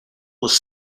was